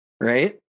Right